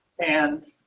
and